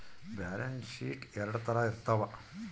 balance sheet ಎರಡ್ ತರ ಇರ್ತವ